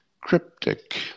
Cryptic